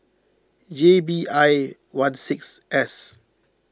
J B I one six S